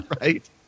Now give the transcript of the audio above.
Right